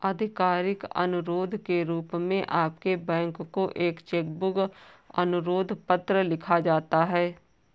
आधिकारिक अनुरोध के रूप में आपके बैंक को एक चेक बुक अनुरोध पत्र लिखा जाता है